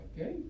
Okay